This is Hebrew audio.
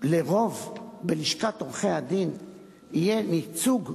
שלרוב בלשכת עורכי-הדין יהיה ייצוג בוועדה,